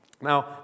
Now